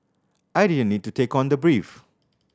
I didn't need to take on the brief